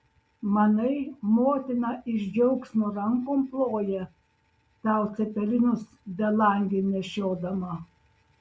manai motina iš džiaugsmo rankom ploja tau cepelinus belangėn nešiodama